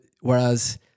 whereas